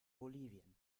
bolivien